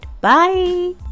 Bye